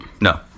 No